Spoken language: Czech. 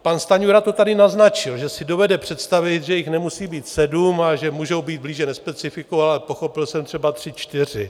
Pan Stanjura to tady naznačil, že si dovede představit, že jich nemusí být sedm a že můžou být, blíže nespecifikoval, ale pochopil jsem, že třeba tři čtyři.